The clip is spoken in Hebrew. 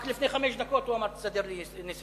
רק לפני חמש דקות הוא אמר: תסדר לי נסיעה.